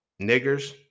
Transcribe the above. niggers